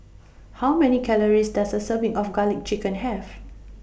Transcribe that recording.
How Many Calories Does A Serving of Garlic Chicken Have